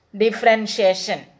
differentiation